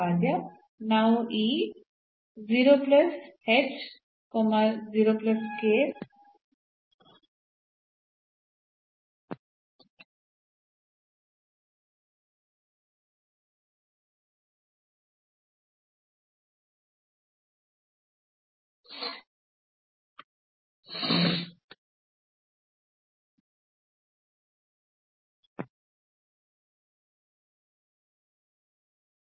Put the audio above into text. ಮತ್ತೊಮ್ಮೆ ನಾವು ಈ ಬಿಂದುವನ್ನು ಇಲ್ಲಿ ಬಿಂದು ಎಂದು ಗುರುತಿಸಲು ಸಾಧ್ಯವಾಯಿತು ಮತ್ತು ಇದು ಸ್ಯಾಡಲ್ ಪಾಯಿಂಟ್ ಆಗಿದೆ ಮತ್ತು ಇದು ಎರಡನೇ ದರ್ಜೆಯ ಪರೀಕ್ಷೆಯಿಂದ ಸಾಧ್ಯವಾಗಲಿಲ್ಲ